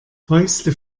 fäuste